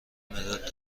مداد